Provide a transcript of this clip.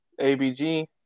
abg